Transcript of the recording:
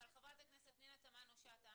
חברת הכנסת פנינה תמנו-שטה,